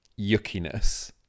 yuckiness